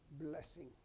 blessing